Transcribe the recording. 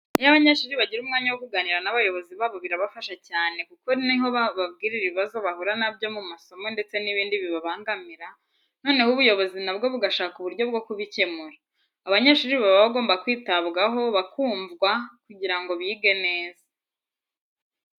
Iyo abanyeshuri bagira umwanya wo kuganira n'abayobozi babo birabafasha cyane kuko ni ho bababwirira ibibazo bahura na byo mu masomo ndetse n'ibindi bibabangamira, noneho ubuyobozi na bwo bugashaka uburyo bwo kubikemura. Abanyeshuri baba bagomba kwitabwaho, bakumvwa kugira ngo bige neza.